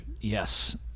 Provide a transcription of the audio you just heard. yes